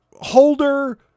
holder